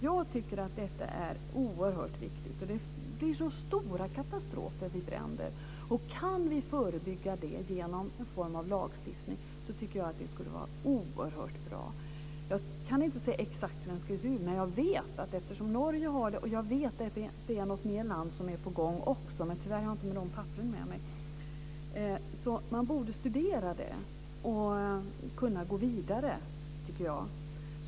Jag tycker att det är oerhört viktigt. Det är så stora katastrofer vid bränder. Kan vi förebygga det genom en form av lagstiftning tycker jag att det skulle vara oerhört bra. Jag kan inte säga exakt hur den ska se ut. Jag vet att Norge har en sådan och att något mer land är på gång. Tyvärr har jag inte de papperen med mig. Man borde studera det och kunna gå vidare.